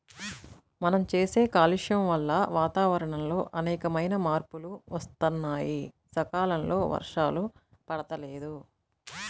మనం చేసే కాలుష్యం వల్ల వాతావరణంలో అనేకమైన మార్పులు వత్తన్నాయి, సకాలంలో వర్షాలు పడతల్లేదు